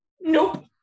Nope